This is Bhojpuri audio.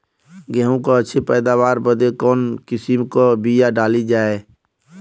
गेहूँ क अच्छी पैदावार बदे कवन किसीम क बिया डाली जाये?